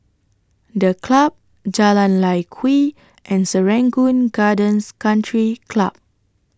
The Club Jalan Lye Kwee and Serangoon Gardens Country Club